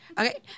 Okay